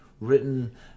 written